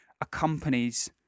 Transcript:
accompanies